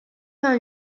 vingt